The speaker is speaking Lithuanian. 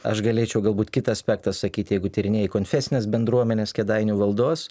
aš galėčiau galbūt kitą aspektą sakyti jeigu tyrinėji konfesinės bendruomenės kėdainių valdos